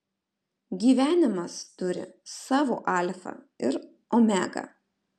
gyvenimas turi savo alfą ir omegą